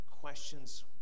Questions